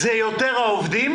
זה יותר העובדים